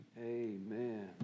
Amen